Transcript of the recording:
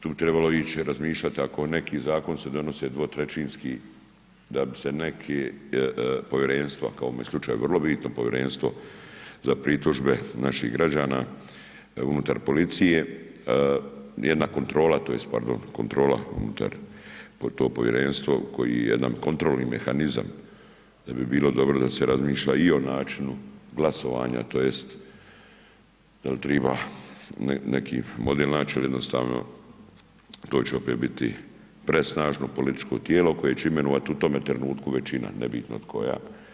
Tu bi trebalo ići razmišljati ako neki Zakon se donosi dvotrećinski, da bi se neke Povjerenstva, kao u ovom slučaju vrlo bitno Povjerenstvo za pritužbe naših građana unutar policije, jedna kontrola to jest pardon kontrola unutar to Povjerenstvo koji je jedan kontrolni mehanizam, da bi bilo dobro da se razmišlja i o načinu glasovanja, tj. da li treba neki model naći jer jednostavno to će opet biti presnažno političko tijelo koje će imenovati u tome trenutku većina, nebitno koja.